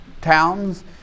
towns